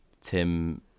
Tim